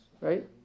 right